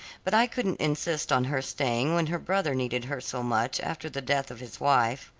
but i couldn't insist on her staying when her brother needed her so much after the death of his wife.